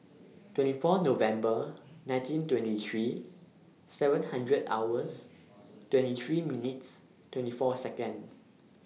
twenty four November nineteen twenty three seven one hundred hours twenty three minutes twenty four Seconds